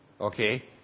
Okay